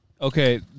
Okay